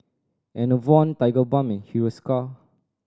Enervon Tigerbalm Hiruscar